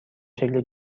شکل